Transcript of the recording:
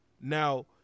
Now